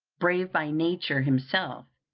brave by nature himself,